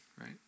right